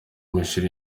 ishuri